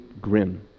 grim